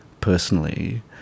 personally